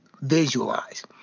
visualize